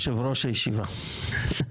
יושב-ראש הישיבה,